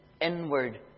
inward